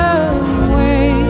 away